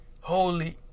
holy